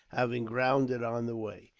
having grounded on the way.